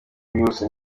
bwihuse